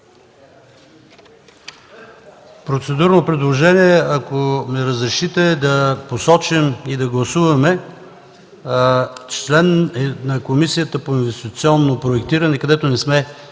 процедурно предложение, ако ми разрешите, да посоча и да гласуваме член на Комисията по инвестиционно проектиране, където не сме